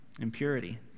impurity